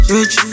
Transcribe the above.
Rich